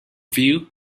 view